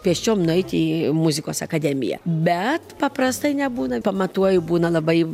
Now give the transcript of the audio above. pėsčiom nueiti į muzikos akademiją bet paprastai nebūna pamatuoju būna labai